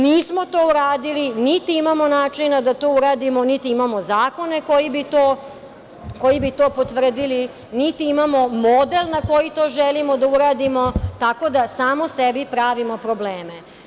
Nismo to uradili, niti imamo načina da to uradimo, niti imamo zakone koji bi to potvrdili, niti imamo model na koji to želimo da uradimo, tako da samo sebi pravimo probleme.